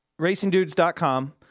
racingdudes.com